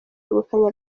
yegukanye